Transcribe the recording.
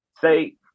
say